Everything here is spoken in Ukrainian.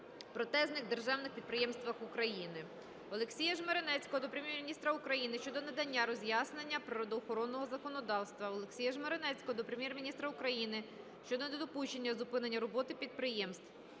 протезних державних підприємствах України. Олексія Жмеренецького до Прем'єр-міністра України щодо надання роз'яснення природоохоронного законодавства. Олексія Жмеренецького до Прем'єр-міністра України щодо недопущення зупинення роботи підприємства.